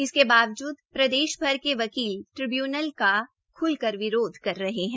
उनके बावजूद प्रदेशभर के वकील ट्रिब्यूनल का ख्लकर विरोध कर रहे है